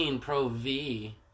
Pro-V